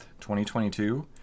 2022